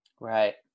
Right